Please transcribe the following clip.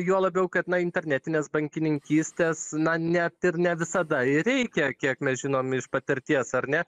juo labiau kad na internetinės bankininkystės na net ir ne visada ir reikia kiek mes žinom iš patirties ar ne